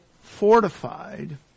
fortified